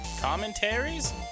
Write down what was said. commentaries